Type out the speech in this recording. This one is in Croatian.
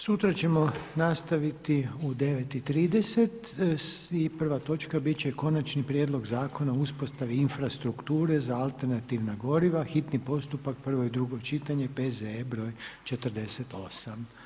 Sutra ćemo nastaviti u 9,30 i prva točka bit će Konačni prijedlog zakona o uspostavi infrastrukture za alternativna goriva, hitni postupak, prvo i drugo čitanje, P.Z.E. br. 48.